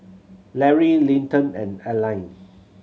Lary Linton and Alline